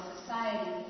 society